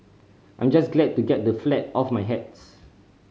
I'm just glad to get the flat off my hands